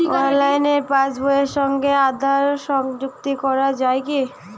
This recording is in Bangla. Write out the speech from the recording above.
অনলাইনে পাশ বইয়ের সঙ্গে আধার সংযুক্তি করা যায় কি?